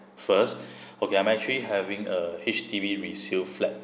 first okay I'm actually having a H_D_B resale flat